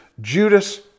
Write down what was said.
Judas